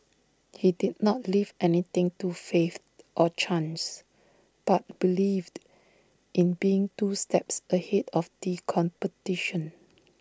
he did not leave anything to faith or chance but believed in being two steps ahead of the competition